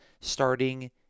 starting